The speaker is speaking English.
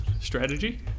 strategy